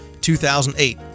2008